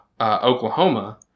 Oklahoma